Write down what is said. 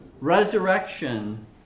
resurrection